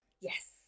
yes